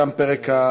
תם פרק השאילתות.